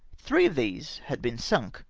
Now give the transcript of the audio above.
three of these had been sunk,